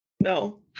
No